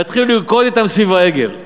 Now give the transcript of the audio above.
ויתחילו לרקוד אתם סביב העגל.